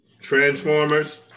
Transformers